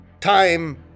Time